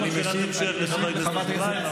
קודם כול שאלת המשך לחבר הכנסת אזולאי,